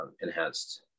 enhanced